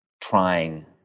trying